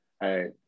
hey